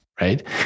right